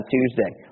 Tuesday